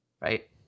right